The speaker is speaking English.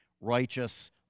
righteous